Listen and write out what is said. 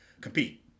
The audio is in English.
compete